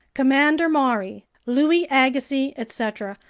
commander maury, louis agassiz, etc,